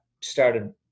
started